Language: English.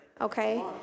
okay